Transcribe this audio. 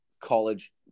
college